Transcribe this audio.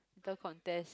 the contest